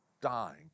dying